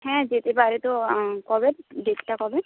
হ্যাঁ যেতে পারে তো কবে ডেটটা কবে